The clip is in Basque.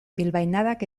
bilbainadak